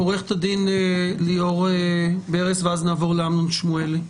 עורכת הדין ליאור ברס ואז נעבור לאמנון שמואלי.